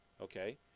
okay